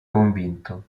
convinto